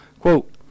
Quote